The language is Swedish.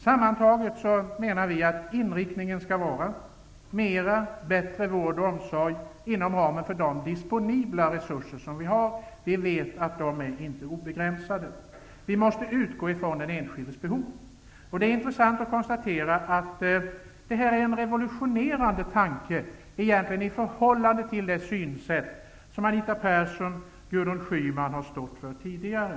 Vi menar att inriktningen skall vara mera och bättre vård och omsorg inom ramen för de disponibla resurserna. Vi vet att de inte är obegränsade. Vi måste utgå från den enskildes behov. Det är intressant att konstatera att detta är en revolutionerande tanke i förhållande till det synsätt som Anita Persson och Gudrun Schyman har stått för tidigare.